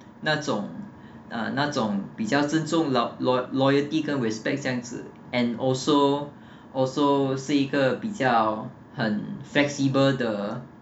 那种 ah 那种比较注重 lo~ loya~ loyalty 跟 respects 这样子 and also also 是一个比较很 flexible 的